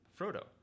Frodo